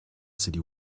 city